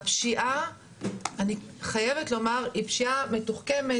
אני חייבת לומר שהפשיעה היא פשיעה מתוחכמת.